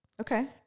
Okay